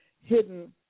hidden